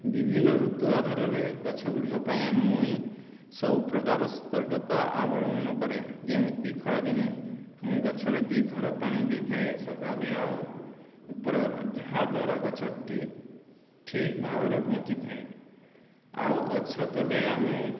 ବିଭିନ୍ନ ଋତୁ ଆଧାରରେ ଗଛ ଗୁଡ଼ିକ ପାଇଁ ମୁଇଁ ସବୁ ପ୍ରକାର ସତର୍କତା ଅବଲମ୍ବନ କରେ ଯେମିତି ଖରାଦିନେ ମୁଇଁ ଗଛରେ ଦୁଇଥର ପାଣି ଦେଇଥାଏ ସକାଲେ ଆଉ ଉପରବେଲା ଯାହାଦ୍ୱାରା ଗଛଟି ଠିକ୍ ଭାବରେ ବଞ୍ଚିଥାଏ ଆଉ ଗଛ ତଲେ ଆମେ